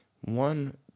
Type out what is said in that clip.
One